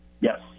Yes